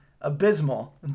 abysmal